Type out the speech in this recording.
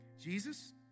Jesus